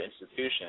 institution